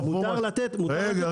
מותר לתת הנחה --- לא,